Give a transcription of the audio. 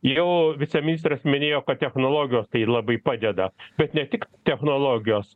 jau viceministras minėjo kad technologijos tai labai padeda bet ne tik technologijos